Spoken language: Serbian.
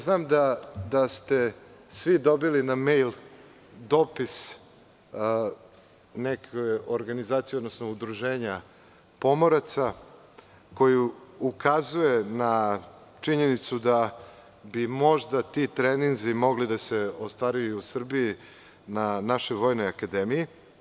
Znam da ste svi dobili na i-mejl dopis neke organizacije odnosno udruženja pomoraca koji ukazuje na činjenicu da bi možda ti treninzi mogli da se ostvaruju u Srbiji na našoj Vojnoj akademiji.